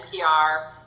NPR